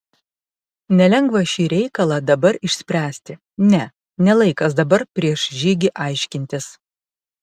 nelengva šį reikalą dabar išspręsti ne ne laikas dabar prieš žygį aiškintis